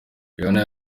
rihanna